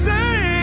Say